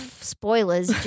Spoilers